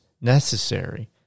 necessary